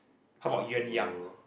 called Yuan-Yang ah